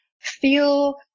feel